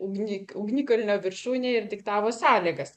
ugnį ugnikalnio viršūnėj ir diktavo sąlygas